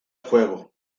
juego